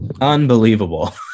Unbelievable